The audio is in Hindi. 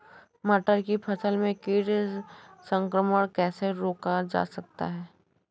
मटर की फसल में कीट संक्रमण कैसे रोका जा सकता है?